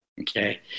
okay